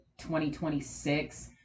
2026